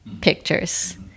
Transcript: pictures